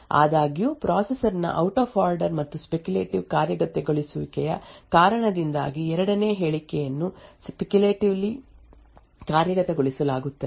ಆದಾಗ್ಯೂ ಪ್ರೊಸೆಸರ್ ನ out of order ಮತ್ತು ಸ್ಪೆಕ್ಯುಲೇಟಿವ್ ಕಾರ್ಯಗತಗೊಳಿಸುವಿಕೆಯ ಕಾರಣದಿಂದಾಗಿ ಎರಡನೇ ಹೇಳಿಕೆಯನ್ನು ಸ್ಪೆಕ್ಯುಲೇಟಿವ್ಲಿ ಕಾರ್ಯಗತಗೊಳಿಸಲಾಗುತ್ತದೆ